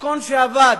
מתכון שעבד.